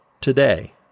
today